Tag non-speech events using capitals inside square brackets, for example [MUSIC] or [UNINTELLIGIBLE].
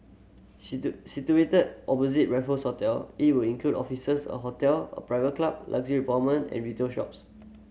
[UNINTELLIGIBLE] situated opposite Raffles Hotel it will include offices a hotel a private club luxury apartment and retail shops